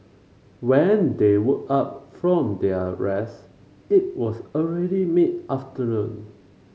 when they woke up from their rest it was already mid afternoon